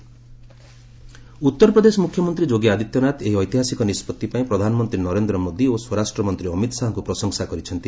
J and K political Uttar Pradesh ମ୍ରଖ୍ୟମନ୍ତ୍ରୀ ଯୋଗୀ ଆଦିତ୍ୟନାଥ ଏହି ଐତିହାସିକ ନିଷ୍କଭି ପାଇଁ ପ୍ରଧାନମନ୍ତ୍ରୀ ନରେନ୍ଦ୍ର ମୋଦୀ ଓ ସ୍ୱରାଷ୍ଟ୍ରମନ୍ତ୍ରୀ ଅମିତ ଶାହାଙ୍କ ପ୍ରଶଂସା କରିଛନ୍ତି